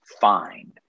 find